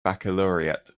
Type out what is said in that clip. baccalaureate